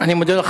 אני מודה לך.